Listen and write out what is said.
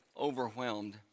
overwhelmed